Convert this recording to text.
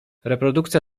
reprodukcja